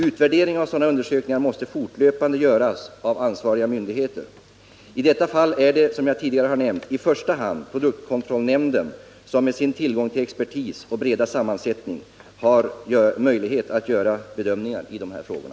Utvärderingar av sådana undersökningar måste fortlöpande göras av ansvariga myndigheter. I detta fall är det, som jag tidigare har nämnt, i första hand produktkontrollnämnden som med sin tillgång till expertis och sin breda sammansättning har möjlighet att göra bedömningar i de här frågorna.